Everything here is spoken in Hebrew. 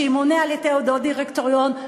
שימונה על-ידי אותו דירקטוריון,